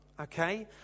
okay